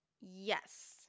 Yes